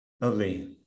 lovely